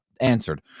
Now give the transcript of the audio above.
answered